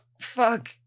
fuck